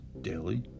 Daily